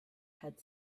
had